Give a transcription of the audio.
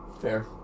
Fair